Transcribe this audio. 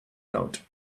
note